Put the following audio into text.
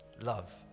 love